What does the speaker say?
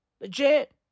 Legit